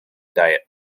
diet